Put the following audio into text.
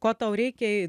ko tau reikia